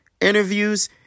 interviews